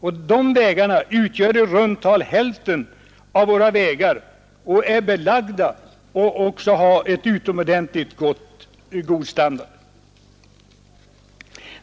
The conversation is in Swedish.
Dessa vägar utgör i runt tal hälften av våra vägar och är belagda och har som regel mycket god standard.